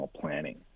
planning